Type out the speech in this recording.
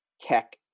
tech